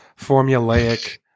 formulaic